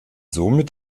somit